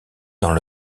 dans